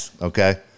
Okay